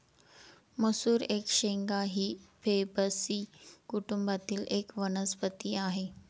मसूर एक शेंगा ही फेबेसी कुटुंबातील एक वनस्पती आहे